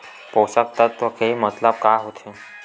पोषक तत्व के मतलब का होथे?